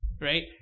right